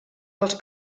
dels